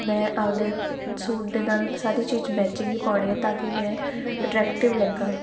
ਮੈਂ ਆਪਦੇ ਸੂਟ ਦੇ ਨਾਲ ਸਾਰੀ ਚੀਜ਼ ਮੈਚਿੰਗ ਹੀ ਪਾਉਣੀ ਹੈ ਤਾਂ ਕੀ ਮੈਂ ਅਟਰੈਕਟਿਵ ਲੱਗਾ